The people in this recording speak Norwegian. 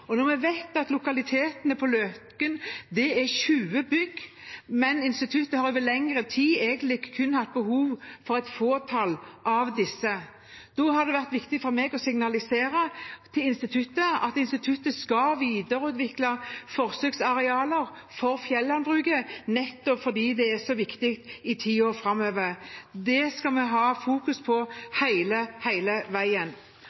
Når vi vet at lokalitetene på Løken omfatter 20 bygg, mens instituttet over lengre tid kun har hatt behov for et fåtall av disse, har det vært viktig for meg å signalisere til instituttet at det skal videreutvikle forsøksarealer for fjellandbruket, nettopp fordi det er så viktig i tiden framover. Det skal vi ha i fokus hele veien.